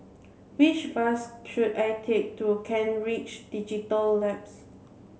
which bus should I take to Kent Ridge Digital Labs